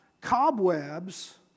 cobwebs